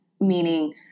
Meaning